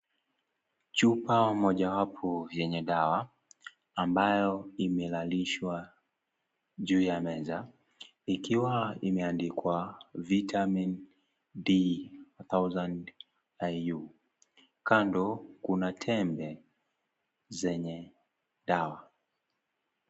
Chupa, mojawapo yenye dawa, ambayo imelalishwa juu ya meza, ikiwa imeandikwa, vitamini D 1000iu .Kando kuna tembe, zenye dawa.